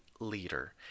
leader